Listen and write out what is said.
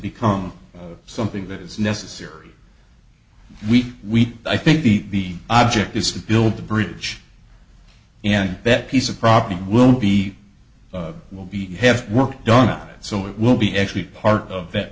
become something that is necessary we we i think the object is to build the bridge and that piece of property will be will be have work donna and so it will be actually part of that